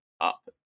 up